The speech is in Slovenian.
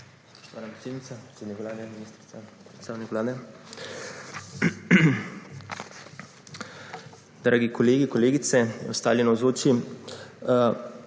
Dragi kolegi, kolegice, ostali navzoči!